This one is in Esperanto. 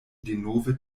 denove